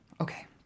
Okay